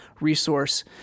resource